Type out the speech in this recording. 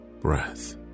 breath